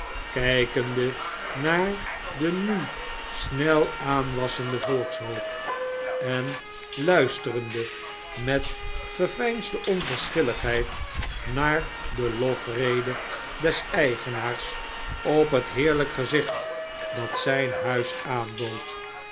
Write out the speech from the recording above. naar den nu snel aanwassenden volkshoop en luisterende anet geveinsde onverschilligheid naar de lofrede des eigenaars op het heerlijk gezicht dat zijn huis aanbood